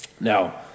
Now